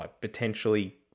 potentially